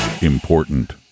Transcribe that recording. important